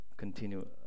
Continue